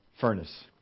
furnace